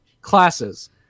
classes